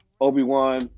Obi-Wan